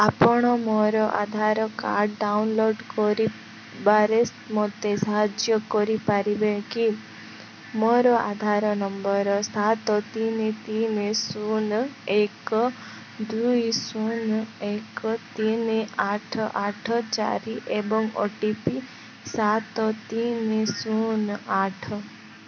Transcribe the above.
ଆପଣ ମୋର Aadhaar card download କରିବାରେ ମୋତେ ସାହାଯ୍ୟ କରିପାରିବେ କି ମୋର ଆଧାର ନମ୍ବର ସାତ ତିନି ତିନି ଶୂନ ଏକ ଦୁଇ ଶୂନ ଏକ ତିନି ଆଠ ଆଠ ଚାରି ଏବଂ ଓ ଟି ପି ସାତ ତିନି ଶୂନ ଆଠ